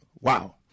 Wow